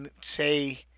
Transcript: say